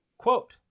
Quote